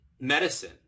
medicine